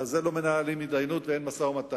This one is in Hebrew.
על זה לא מנהלים הידיינות ואין משא-ומתן.